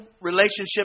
relationship